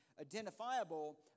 identifiable